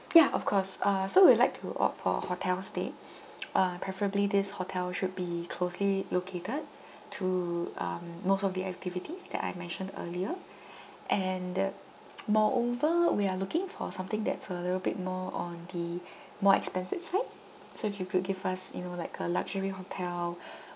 ya of course uh so we would like to opt for a hotel stay uh preferably this hotel should be closely located to um most of the activities that I've mentioned earlier and uh moreover we are looking for something that's a little bit more on the more expensive side so if you could give us you know like a luxury hotel